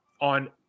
on